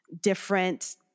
different